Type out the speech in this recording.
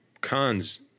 cons